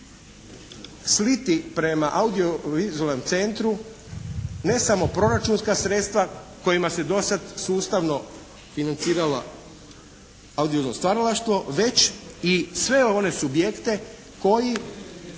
sliti prema audio-vizualnom centru ne samo proračunska sredstva kojima se do sad sustavno financirala audio-vizualno stvaralaštvo već i sve one subjekte koji